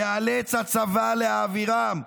ייאלץ הצבא להעבירם".